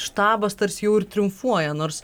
štabas tarsi jau ir triumfuoja nors